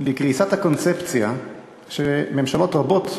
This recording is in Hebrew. לקריסת הקונספציה שממשלות רבות,